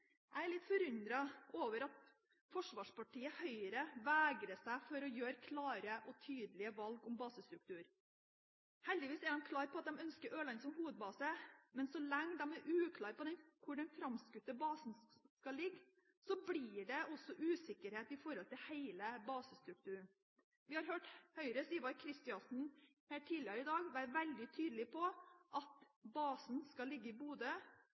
Jeg er litt forundret over at forsvarspartiet Høyre vegrer seg for å gjøre klare og tydelige valg om basestruktur. Heldigvis er de klare på at de ønsker Ørland som hovedbase, men så lenge de er uklare på hvor den framskutte basen skal ligge, blir det også usikkerhet når det gjelder hele basestrukturen. Vi har hørt Høyres Ivar Kristiansen tidligere her i dag være veldig tydelig på at basen skal ligge i Bodø,